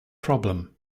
problem